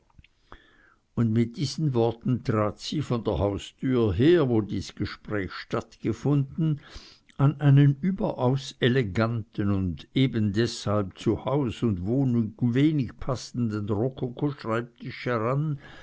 und mit diesen worten trat sie von der tür her wo dies gespräch stattgefunden an einen überaus eleganten und um eben deshalb zu haus und wohnung wenig passenden rokokoschreibtisch heran